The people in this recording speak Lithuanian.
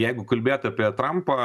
jeigu kalbėt apie trampą